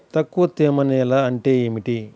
తక్కువ తేమ నేల అంటే ఏమిటి?